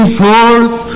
forth